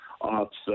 ops